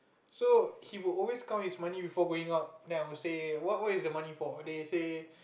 so he would always count his money before going out then I would say what what's the money for